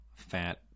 Fat